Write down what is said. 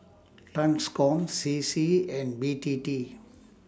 TRANSCOM C C and B T T